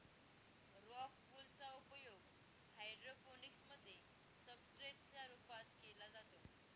rock wool चा उपयोग hydroponics मध्ये सब्सट्रेट च्या रूपात केला जातो